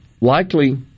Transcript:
likely